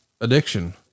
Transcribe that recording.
addiction